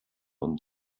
und